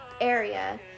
area